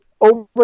over